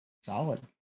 Solid